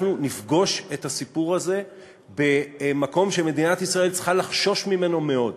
נפגוש את הסיפור הזה במקום שמדינת ישראל צריכה לחשוש ממנו מאוד.